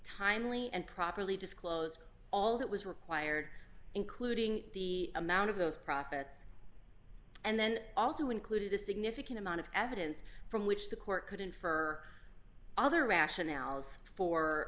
timely and properly disclose all that was required including the amount of those profits and then also included a significant amount of evidence from which the court could infer other rationales for